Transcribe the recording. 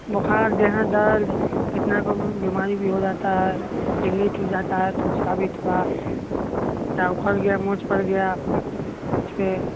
बोखार देह हाथ दर्द कितने को बीमारी भी हो जाता है क्रैक हो जाता है उसका भी थोड़ा पाँव ऊखड़ गया मोच पर गया इसलिए